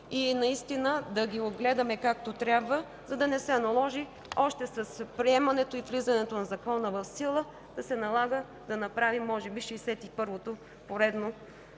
Наистина да ги огледаме както трябва, за да не наложи още с приемането и влизането на закона в сила да се налага да направим може би 61-та поредна